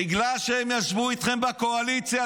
בגלל שהם ישבו איתכם בקואליציה.